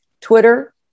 Twitter